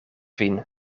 vin